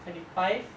twenty five